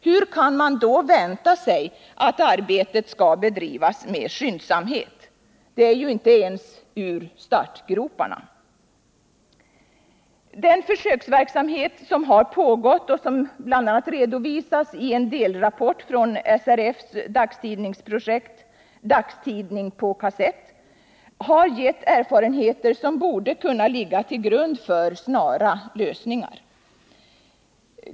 Hur kan man då vänta sig att arbetet skall bedrivas med skyndsamhet? Det är ju inte ens ur startgroparna. Den försöksverksamhet som har pågått och som redovisas i en delrapport från SRF:s dagstidningsprojekt ”Dagstidning på kassett” har givit erfarenheter som borde kunna ligga till grund för snara lösningar.